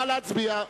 נא להצביע.